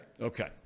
Okay